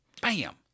Bam